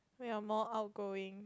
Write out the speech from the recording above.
we are more outgoing